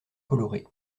coloré